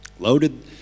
loaded